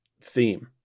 theme